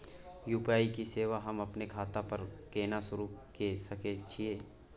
UPI के सेवा हम अपने खाता म केना सुरू के सके छियै?